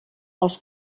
els